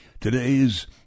Today's